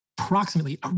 Approximately